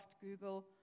Google